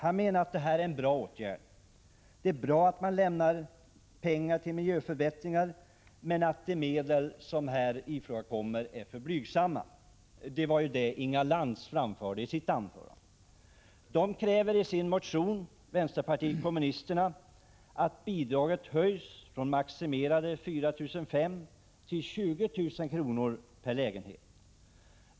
Vpk menar att det är en bra åtgärd att man lämnar pengar till miljöförbättringar men anser att de medel som här ifrågakommer är alltför blygsamma. Det var ju det Inga Lantz framförde i sitt anförande. Vpk kräver i sin motion och reservation att bidraget höjs från maximerade 4 500 kr. till 20 000 kr. per lägenhet.